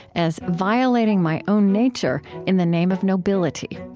as violating my own nature in the name of nobility.